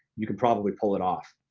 you can probably pull it off.